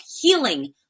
healing